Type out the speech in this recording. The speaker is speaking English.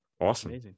awesome